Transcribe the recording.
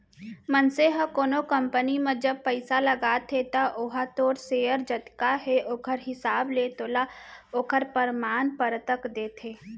मनसे ह कोनो कंपनी म जब पइसा लगाथे त ओहा तोर सेयर जतका हे ओखर हिसाब ले तोला ओखर परमान पतरक देथे